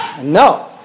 No